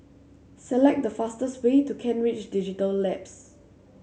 select the fastest way to Kent Ridge Digital Labs